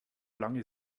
lange